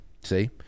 See